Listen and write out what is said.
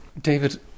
David